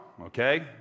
okay